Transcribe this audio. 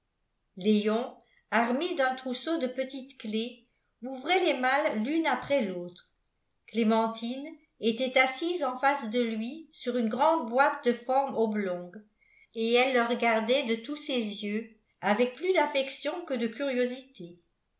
léon armé d'un trousseau de petites clefs ouvrait les malles l'une après l'autre clémentine était assise en face de lui sur une grande boîte de forme oblongue et elle le regardait de tous ses yeux avec plus d'affection que de curiosité